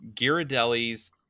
Ghirardelli's